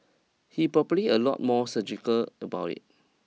he's probably a lot more surgical about it